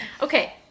Okay